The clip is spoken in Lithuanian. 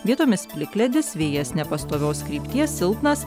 vietomis plikledis vėjas nepastovios krypties silpnas